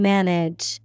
Manage